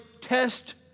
test